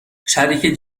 شریک